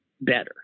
better